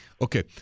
Okay